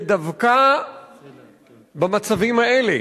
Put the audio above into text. ודווקא במצבים האלה